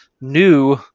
new